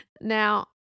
Now